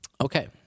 Okay